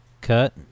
cut